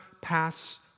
pass